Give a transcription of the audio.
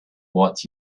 what